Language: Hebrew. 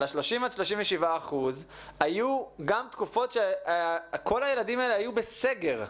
30% עד 37% היו גם תקופות שכל הילדים האלה היו בסגר,